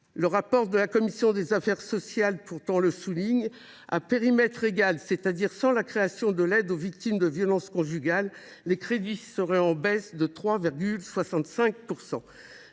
L’avis de la commission des affaires sociales le souligne :« à périmètre égal, c’est à dire sans la création de l’aide aux victimes de violences conjugales, les crédits seraient en baisse de 3,65